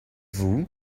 vous